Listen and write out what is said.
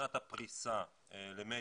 מבחינת הפריסה למדיה,